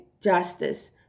justice